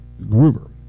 Groover